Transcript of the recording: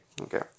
Okay